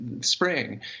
Spring